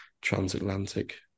transatlantic